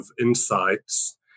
insights